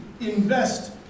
invest